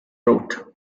route